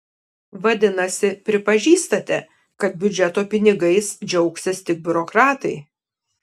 vadinasi pripažįstate kad biudžeto pinigais džiaugsis tik biurokratai